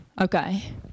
Okay